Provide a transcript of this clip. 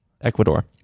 Ecuador